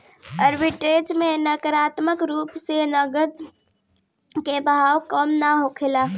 arbitrage में नकारात्मक रूप से नकद के बहाव कम ना होला